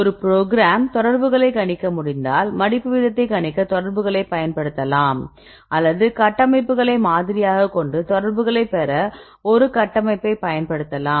ஒரு ப்ரோக்ராம் தொடர்புகளை கணிக்க முடிந்தால் மடிப்பு வீதத்தை கணிக்க தொடர்புகளைப் பயன்படுத்தலாம் அல்லது கட்டமைப்புகளை மாதிரியாகக் கொண்டு தொடர்புகளைப் பெற ஒரு கட்டமைப்பைப் பயன்படுத்தலாம்